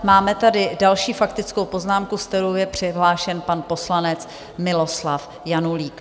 Máme tady další faktickou poznámku, se kterou je přihlášen pan poslanec Miloslav Janulík.